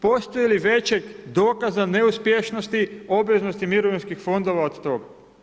Postoji li većeg dokaza neuspješnosti obveznosti mirovinskih fondova od toga?